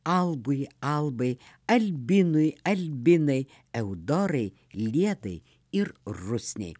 albui albai albinui albinai eudorai lietai ir rusnei